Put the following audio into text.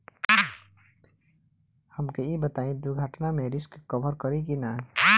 हमके ई बताईं दुर्घटना में रिस्क कभर करी कि ना?